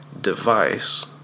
device